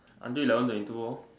until eleven twenty two lor